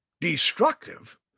destructive